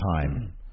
time